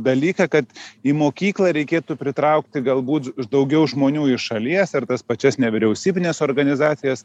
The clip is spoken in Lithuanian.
dalyką kad į mokyklą reikėtų pritraukti galbūt daugiau žmonių iš šalies ir tas pačias nevyriausybines organizacijas